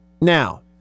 Now